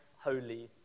holy